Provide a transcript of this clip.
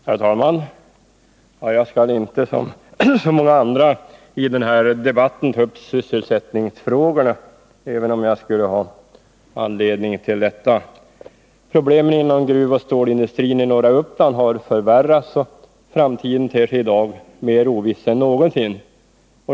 Herr talman! Jag skall inte som så många andra i den här debatten ta upp sysselsättningsfrågorna, även om jag skulle ha anledning till det. Problemen inom gruvoch stålindustrin i norra Uppland har förvärrats, och framtiden ter sig i dag mer ovis: än någonsin.